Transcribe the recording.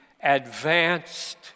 advanced